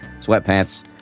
sweatpants